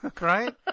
right